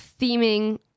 theming